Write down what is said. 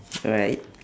alright